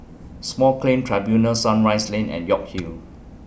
Small Claims Tribunals Sunrise Lane and York Hill